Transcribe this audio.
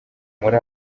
muri